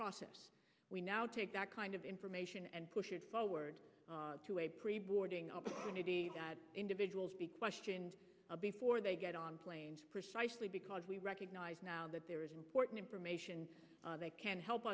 process we now take that kind of information and push it forward to a pre boarding opportunity individuals be questioned of before they get on planes precisely because we recognize now that there is important information they can help